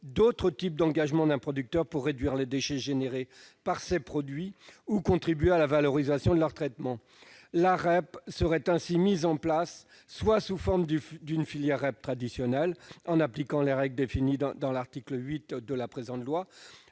d'autres types d'engagement d'un producteur pour réduire les déchets liés à ses produits ou contribuer à leur valorisation ou à leur traitement. La REP serait ainsi mise en place soit sous la forme d'une filière traditionnelle, en appliquant les règles définies par le présent